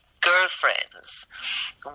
girlfriends